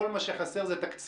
כל מה שחסר זה תקציב.